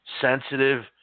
sensitive